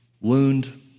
wound